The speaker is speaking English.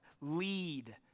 Lead